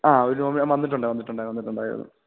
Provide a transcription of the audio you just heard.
ആ ഒരു നോമിനെ വന്നിട്ടുണ്ട് വന്നിട്ടുണ്ട് വന്നിട്ടുണ്ടായിരുന്നു